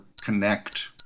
connect